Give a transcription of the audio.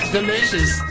Delicious